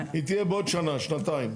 היא תהיה בעוד שנה, שנתיים.